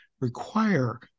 require